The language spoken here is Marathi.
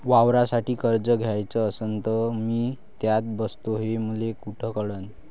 वावरासाठी कर्ज घ्याचं असन तर मी त्यात बसतो हे मले कुठ कळन?